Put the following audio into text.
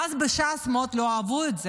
ואז בש"ס מאוד לא אהבו את זה.